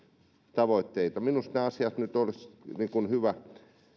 tavoitteita minusta nämä asiat nyt olisi hyvä